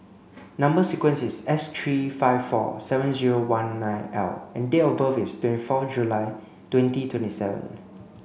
number sequence is S three five four seven zero one nine L and date of birth is twenty four July twenty twenty seven